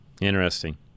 Interesting